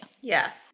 Yes